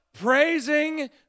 praising